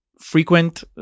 frequent